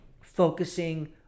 focusing